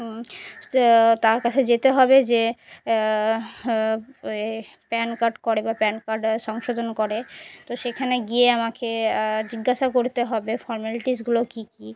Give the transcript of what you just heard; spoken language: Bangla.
তার কাছে যেতে হবে যে প্যান কার্ড করে বা প্যান কার্ড সংশোধন করে তো সেখানে গিয়ে আমাকে জিজ্ঞাসা করতে হবে ফর্ম্যালিটিসগুলো কী কী